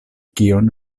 kion